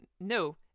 No